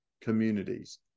communities